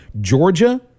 Georgia